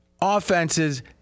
offenses